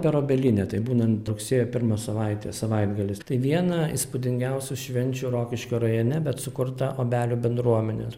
per obelynę tai būnant rugsėjo pirmą savaitę savaitgalis tai viena įspūdingiausių švenčių rokiškio rajone bet sukurta obelių bendruomenė